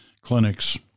clinics